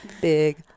big